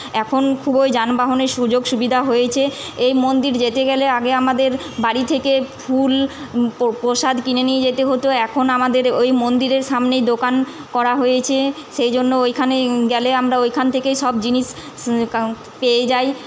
এখন খুবই যানবাহনের সুযোগ সুবিধা হয়েছে এই মন্দির যেতে গেলে আগে আমাদের বাড়ি থেকে ফুল প্র প্রসাদ কিনে নিয়ে যেতে হতো এখন আমাদের ওই মন্দিরের সামনেই দোকান করা হয়েছে সেই জন্য ওইখানে গেলে আমরা ওইখান থেকেই সব জিনিস কা পেয়ে যাই